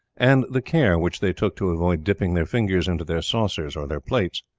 and the care which they took to avoid dipping their fingers into their saucers or their plates.